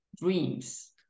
dreams